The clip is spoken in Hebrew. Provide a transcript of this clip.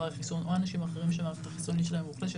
חיסון או אנשים אחרים שהמערכת החיסונית שלהם רופפת.